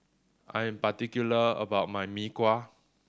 I am particular about my Mee Kuah